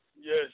Yes